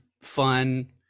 fun